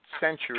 century